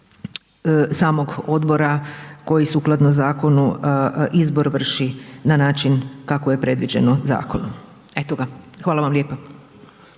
samog odbra koji sukladno zakonu izbor vrši na način kako je predviđeno zakonom. Eto ga, hvala vam lijepa.